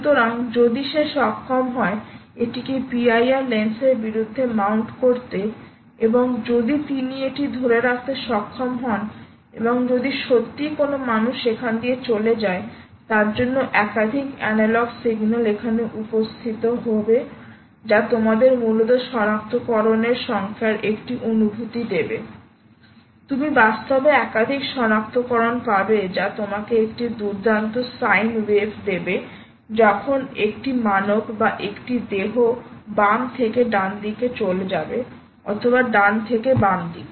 সুতরাং যদি সে সক্ষম হয় এটিকে PIR লেন্সের বিরুদ্ধে মাউন্ট করতে এবং যদি তিনি এটি ধরে রাখতে সক্ষম হন এবং যদি সত্যই কোনও মানুষ এখান দিয়ে চলে যায় তার জন্য একাধিক অ্যানালগ সিগন্যাল এখানে উপস্থিত হবে যা তোমাদের মূলত সনাক্তকরণের সংখ্যার একটি অনুভূতি দেব তুমি বাস্তবে একাধিক শনাক্তকরণ পাবে যা তোমাকে একটি দুর্দান্ত সাইন ওয়েভ দেবে যখন একটি মানব বা একটি দেহ বাম থেকে ডান দিকে চলে যাবে অথবা ডান থেকে বাম দিকে